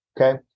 Okay